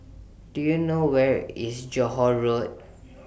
Do YOU know Where IS Johore Road